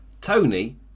Tony